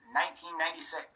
1996